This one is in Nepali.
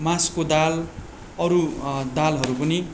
मासको दाल अरू दालहरू पनि